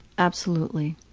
absolutely.